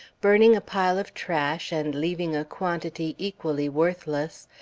burning a pile of trash and leaving a quantity equally worthless,